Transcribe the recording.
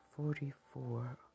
Forty-four